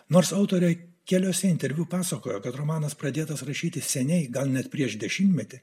nors autoriai keliose interviu pasakojo kad romanas pradėtas rašyti seniai gal net prieš dešimtmetį